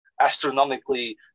astronomically